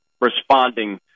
responding